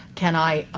can i,